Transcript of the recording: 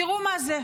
תראו מה זה,